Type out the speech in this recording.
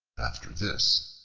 after this,